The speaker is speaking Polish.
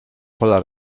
pola